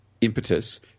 impetus